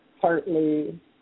partly